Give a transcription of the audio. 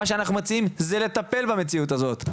מה שאנחנו מציעים זה לטפל במציאות הזאת.